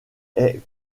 est